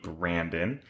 Brandon